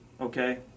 okay